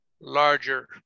larger